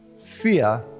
fear